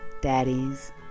daddies